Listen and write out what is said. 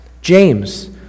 James